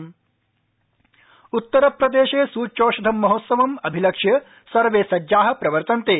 उत्तर प्रदशि सूच्यौषधम् उत्तर प्रदेशे सूच्यौषधमहोत्सवम् अभिलक्ष्य सर्वे सज्जाः प्रवर्तन्ते